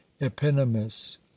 epinomis